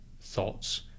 thoughts